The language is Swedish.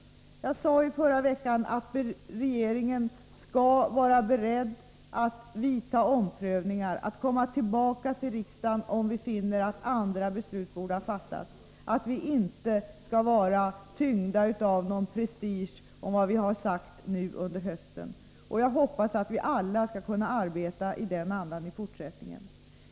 Jag sade i förra veckan att regeringen skall vara beredd att vidta omprövningar, att komma tillbaka till riksdagen om vi finner att andra beslut borde ha fattats och att vi inte skall vara tyngda av prestige beroende på vad vi har sagt nu under hösten. Jag hoppas att vi alla skall kunna arbeta i den andan i fortsättningen.